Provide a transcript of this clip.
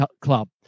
club